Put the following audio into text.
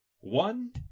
one